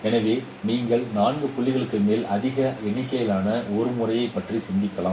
எனவே நீங்கள் 4 புள்ளிகளுக்கு மேல் அதிக எண்ணிக்கையிலான ஒரு முறையைப் பற்றி சிந்திக்கலாம்